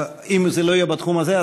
אם זה לא יהיה בתחום הזה,